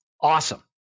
awesome